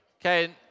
Okay